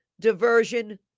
diversion